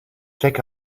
check